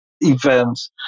events